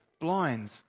blind